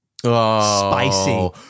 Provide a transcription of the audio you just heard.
Spicy